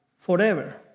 forever